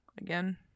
again